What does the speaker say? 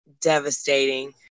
devastating